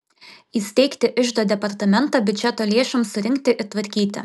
įsteigti iždo departamentą biudžeto lėšoms surinkti ir tvarkyti